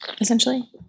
essentially